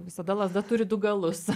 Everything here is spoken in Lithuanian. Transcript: visada lazda turi du galus